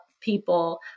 people